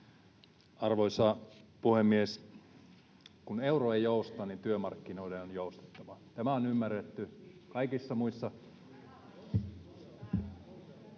Arvoisa puhemies! Kun euro ei jousta, niin työmarkkinoiden on joustettava. Tämä on ymmärretty kaikissa muissa...